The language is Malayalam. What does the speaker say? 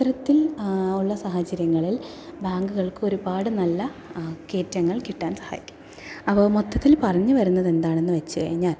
ഇത്തരത്തിൽ ഉള്ള സാഹചര്യങ്ങളിൽ ബാങ്കുകൾക്ക് ഒരുപാട് നല്ല കയറ്റങ്ങൾ കിട്ടാൻ സഹായിക്കും അപ്പം മൊത്തത്തിൽ പറഞ്ഞു വരുന്നത് എന്താണെന്ന് വെച്ചുകഴിഞ്ഞാൽ